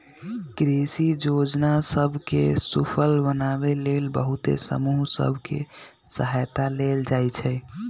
कृषि जोजना सभ के सूफल बनाबे लेल बहुते समूह सभ के सहायता लेल जाइ छइ